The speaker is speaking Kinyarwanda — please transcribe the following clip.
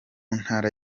ntara